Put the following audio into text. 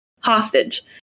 hostage